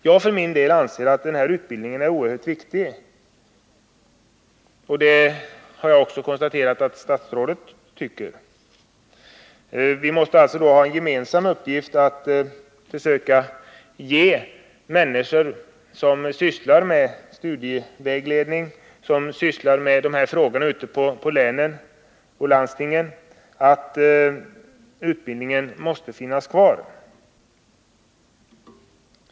Jag för min del anser att denna utbildning är oerhört viktig, och jag har kunnat konstatera att även statsrådet tycker så. Vi måste därför ha till gemensam uppgift att försöka ge människor som sysslar med studievägledning och med dessa frågor över huvud taget ute i länen och i landstingen intrycket att utbildningen måste finnas kvar.